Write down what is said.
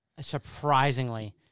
Surprisingly